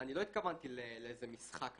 אני לא התכוונתי לאיזה משחק קטן,